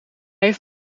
heeft